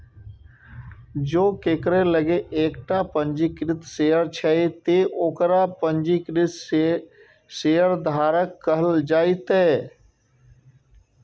जों केकरो लग एकटा पंजीकृत शेयर छै, ते ओकरा पंजीकृत शेयरधारक कहल जेतै